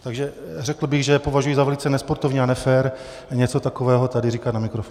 Takže řekl bych, že považuji za velice nesportovní a nefér něco takového tady říkat na mikrofón.